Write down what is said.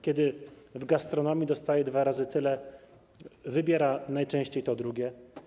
Kiedy w gastronomii dostaje dwa razy tyle, wybiera najczęściej to drugie.